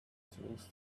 tools